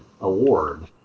award